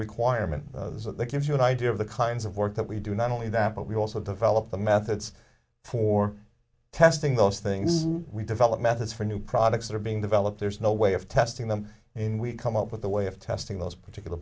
requirement that gives you an idea of the kinds of work that we do not only that but we also develop the methods for testing those things we develop methods for new products that are being developed there's no way of testing them in we come up with a way of testing those particular